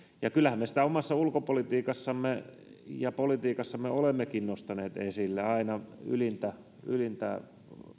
ja kyllähän me sitä omassa ulkopolitiikassamme ja politiikassamme olemmekin nostaneet esille aina ylintä ylintä